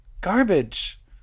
garbage